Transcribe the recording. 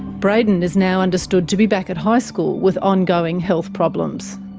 braden is now understood to be back at high school, with ongoing health problems.